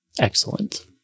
Excellent